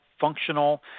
functional